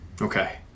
Okay